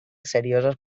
seriosos